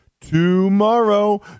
tomorrow